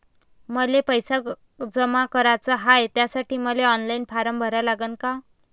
मले पैसे जमा कराच हाय, त्यासाठी मले ऑनलाईन फारम भरा लागन का?